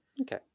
okay